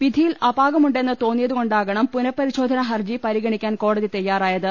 വിധിയിൽ അപാകമു ണ്ടെന്ന് തോന്നിയതു കൊണ്ടാകണം പുനഃപരിശോധനാ ഹർജി പരിഗണിക്കാൻ കോടതി തയ്യാറായത്